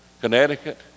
Connecticut